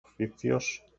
oficios